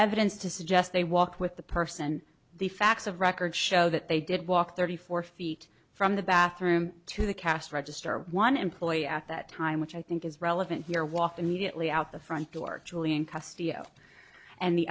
evidence to suggest they walk with the person the facts of record show that they did walk thirty four feet from the bathroom to the cast register one employee at that time which i think is relevant here walked immediately out the front door julian